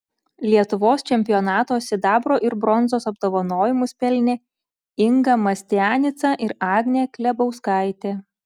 lietuvos čempionato sidabro ir bronzos apdovanojimus pelnė inga mastianica ir agnė klebauskaitė